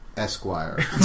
Esquire